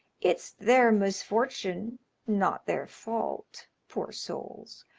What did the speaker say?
it's their misfortune not their fault, poor souls.